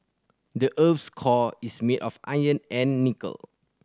the earth's core is made of iron and nickel